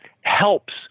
helps